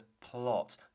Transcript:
plot